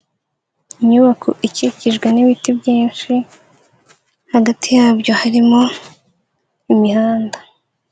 Inyubako ikikijwe n'ibiti byinshi hagati yabyo harimo imihanda.